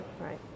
right